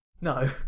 No